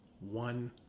one